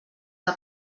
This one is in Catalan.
que